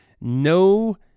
no